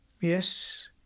yes